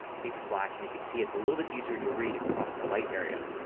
keep it black and you can see it's a little bit easier to read it across the light areas.